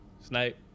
Snape